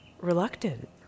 reluctant